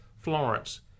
Florence